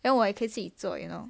then 我也可以自己做 you know